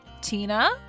Tina